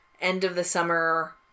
end-of-the-summer